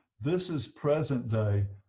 this is present day.